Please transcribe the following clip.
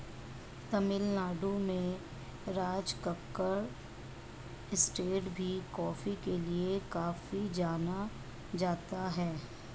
तमिल नाडु में राजकक्कड़ एस्टेट भी कॉफी के लिए काफी जाना जाता है